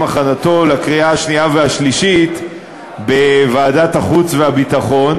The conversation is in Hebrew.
הכנתו לקריאה שנייה ושלישית בוועדת החוץ והביטחון.